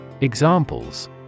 Examples